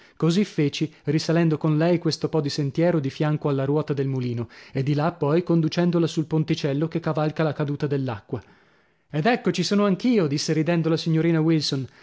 così feci risalendo con lei questo po di sentiero di fianco alla ruota del mulino e di là poi conducendola sul ponticello che cavalca la caduta dell'acqua ed ecco ci sono anch'io disse ridendo la signorina wilson